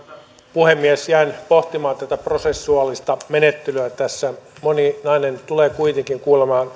puhemies jäin pohtimaan tätä prosessuaalista menettelyä tässä moni nainen tulee kuitenkin kuulemaan